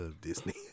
Disney